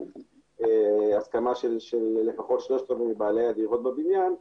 הסכמה של לפחות ¾ מבעלי הדירות בבניין.